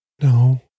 No